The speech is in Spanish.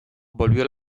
volvió